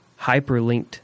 hyperlinked